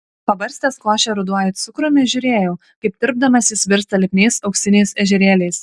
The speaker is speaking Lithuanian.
pabarstęs košę ruduoju cukrumi žiūrėjau kaip tirpdamas jis virsta lipniais auksiniais ežerėliais